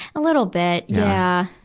a little bit, yeah.